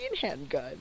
handgun